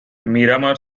miramar